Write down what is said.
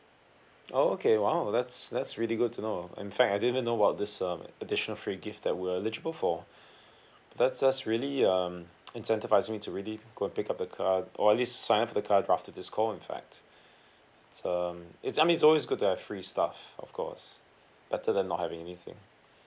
oh okay !wow! that's that's really good to know in fact I didn't know about this um additional free gift that we're eligible for that's just really um incentivise me to really go and pick up the card or at least sign up for the card right after this call in fact it's um it's I mean it's always good to have free stuff of course better than not having anything